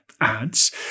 ads